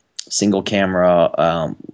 single-camera